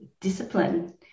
discipline